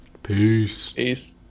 Peace